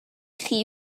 chi